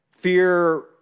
Fear